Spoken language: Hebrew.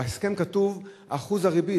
ובהסכם כתוב אחוז הריבית.